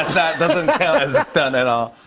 that doesn't count as a stunt at all.